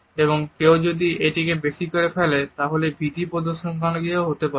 এবং কেউ যদি এটিকে বেশি করে ফেলে তাহলে এটি ভীতি প্রদর্শনকারী হতে পারে